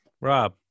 Rob